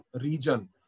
region